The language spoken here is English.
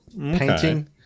painting